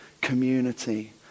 community